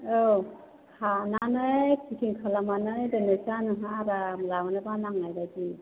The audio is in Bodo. औ खानानै पेकिं खालामनानै दोन्नोसां नोंहा आराम लांनो बार नांनायबायदि